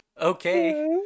okay